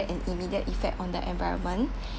an immediate effect on the environment